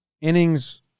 Innings